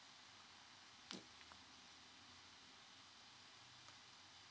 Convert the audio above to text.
yup